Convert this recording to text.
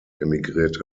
emigrierte